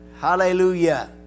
Hallelujah